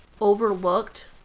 overlooked